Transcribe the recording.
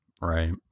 right